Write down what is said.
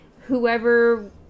whoever